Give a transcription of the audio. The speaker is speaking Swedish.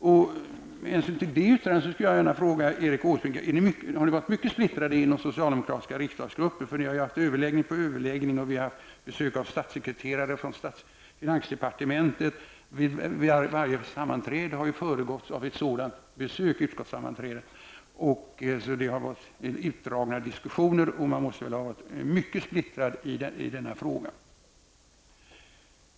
Åsbrink om ni har varit mycket splittrade i den socialdemokratiska riksdagsgruppen. Ni har haft överläggning efter överläggning, och ni har haft besök av statssekreterare från finansdepartementet. Varje utskottssammanträde har föregåtts av ett sådant besök. Det har varit utdragna diskussioner, och ni måste väl ha varit mycket splittrade i denna fråga.